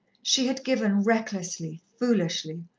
she had given recklessly, foolishly,